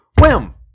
wham